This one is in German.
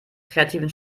kreativen